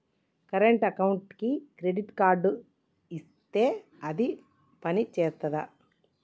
Current అకౌంట్కి credit card ఇత్తే అది పని చేత్తదా?